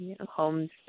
homes